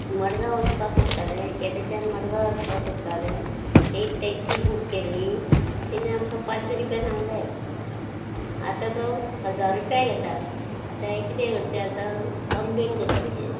मडगांव वचपा सोदतालें केंपेच्यान मडगांव वचपाक सोदतालें एक टॅक्सी बूक केल्ली ताणेन आमकां पांचशे रुपया सांगलें आतां तो हजार रुपया घेता आतां हें किदें करचें आतां कंम्प्लेन करता ताजेर